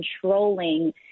controlling